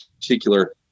particular